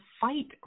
fight